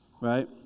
right